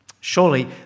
Surely